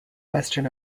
western